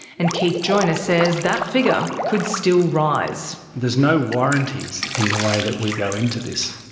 and keith joiner says that figure could still rise. there's no warranties in the way that we go into this.